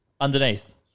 Underneath